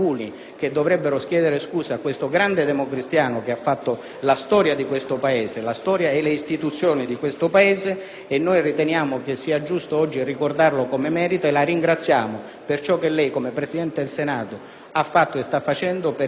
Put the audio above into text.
che dovrebbero chiedere scusa a questo grande democristiano che ha fatto la storia e le istituzioni di questo Paese. Riteniamo sia giusto oggi ricordarlo come merita e la ringraziamo per ciò che lei, come Presidente del Senato, ha fatto e sta facendo perché